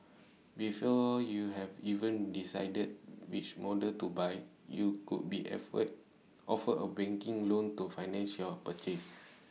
before you've even decided which models to buy you could be offered A banking loan to finance your purchase